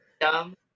Dumb